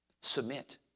submit